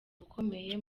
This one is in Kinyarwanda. bukomeye